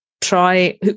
try